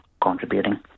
contributing